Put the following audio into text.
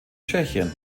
tschechien